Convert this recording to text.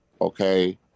okay